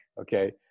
okay